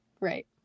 Right